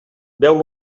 beu